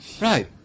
Right